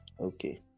Okay